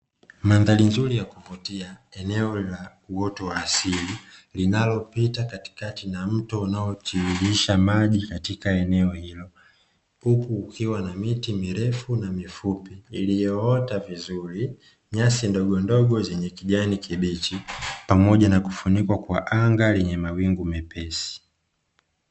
Mandhari nzuri ya kuvutia, eneo la uoto wa asili linalopita katikati na mto unaotiririsha maji katika eneo hilo, huku kukiwa na miti mirefu na mifupi iliyoota vizuri, nyasi ndogondogo zenye kijani kibichi pamoja na kufunikwa kwa anga lenye mawingu mepesi.